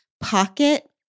pocket